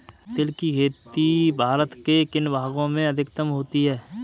तिल की खेती भारत के किन भागों में अधिकतम होती है?